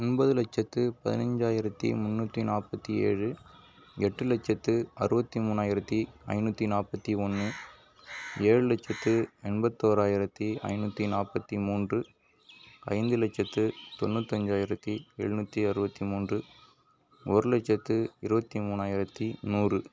ஒன்பது லட்சத்தி பதினஞ்சாயிரத்தி முன்னூற்றி நாற்பத்தி ஏழு எட்டு லட்சத்தி அறுபத்தி மூணாயிரத்தி ஐநூற்றி நாற்பத்தி ஒன்று ஏழு லட்சத்தி எண்பத்தோராயிரத்தி ஐநூற்றி நாற்பத்தி மூன்று ஐந்து லட்சத்தி தொண்ணூற்றி அஞ்சாயிரத்தி எழுநூற்றி அறுபத்தி மூன்று ஒரு லட்சத்தி இருபத்தி மூணாயிரத்தி நூறு